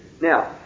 Now